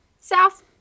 south